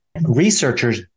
researchers